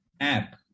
App